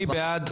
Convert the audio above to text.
מי בעד?